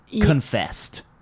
confessed